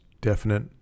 definite